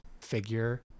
figure